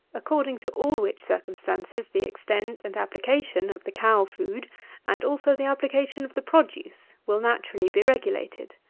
according to all which circumstances, the extent and application of the cow-food, and also the application of the produce, will naturally be regulated.